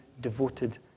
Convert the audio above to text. devoted